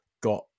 got